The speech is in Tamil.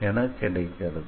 என கிடைக்கிறது